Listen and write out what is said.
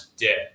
dead